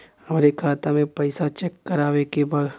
हमरे खाता मे पैसा चेक करवावे के बा?